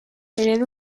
eredu